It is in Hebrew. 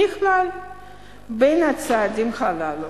נכלל בין הצעדים הללו.